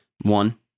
One